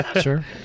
Sure